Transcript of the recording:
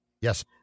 Yes